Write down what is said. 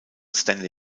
stanley